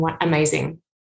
amazing